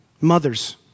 mothers